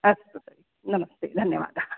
अस्तु नमस्ते धन्यवादाः